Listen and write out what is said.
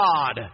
God